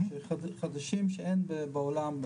חדשים שאין בעולם,